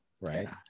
right